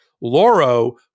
lauro